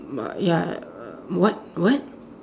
mm ya what what